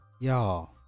y'all